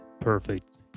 Perfect